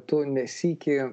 tu ne sykį